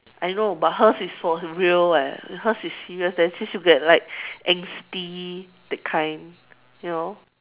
I know but hers is for real leh hers is serious then see if like angsty that kind you know